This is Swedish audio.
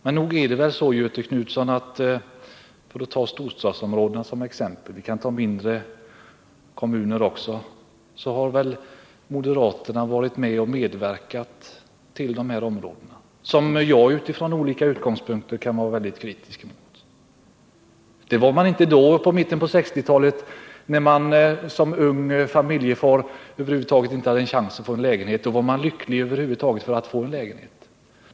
Men nog är det väl så, Göthe Knutson, för att ta storstäderna som exempel — vi kan ta mindre kommuner som exempel också — att även moderaterna varit med om besluten och medverkat vid tillkomsten av den här typen av bostadsområden, som också jag utifrån olika utgångspunkter kan vara mycket kritisk mot. I mitten på 1960-talet var man emellertid inte medveten om bristerna, då man som ung familjefar över huvud taget knappast hade en chans att få någonstans att bo. Då var man lycklig över att över huvud taget få en lägenhet.